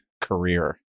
career